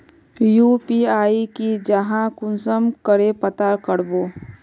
UPI की जाहा कुंसम करे पता करबो?